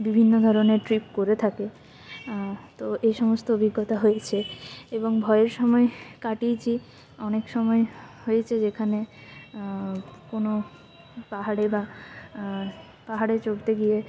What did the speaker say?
বিভিন্ন ধরনের ট্রিপ করে থাকে তো এসমস্ত অভিজ্ঞতা হয়েছে এবং ভয়ের সময় কাটিয়েছি অনেক সময় হয়েছে যেখানে কোনো পাহাড়ে বা পাহাড়ে চড়তে গিয়ে